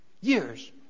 Years